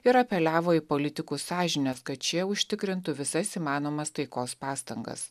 ir apeliavo į politikų sąžines kad šie užtikrintų visas įmanomas taikos pastangas